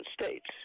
states